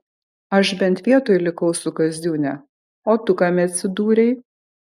aš bent vietoj likau su kaziūne o tu kame atsidūrei